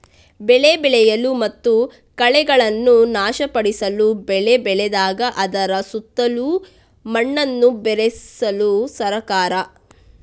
ಬೆಳೆ ಬೆಳೆಯಲು ಮತ್ತು ಕಳೆಗಳನ್ನು ನಾಶಪಡಿಸಲು ಬೆಳೆ ಬೆಳೆದಾಗ ಅದರ ಸುತ್ತಲೂ ಮಣ್ಣನ್ನು ಬೆರೆಸಲು ಸಹಕಾರಿ